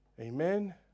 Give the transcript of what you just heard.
Amen